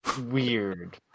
weird